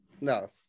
No